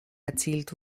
erzielt